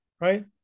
Right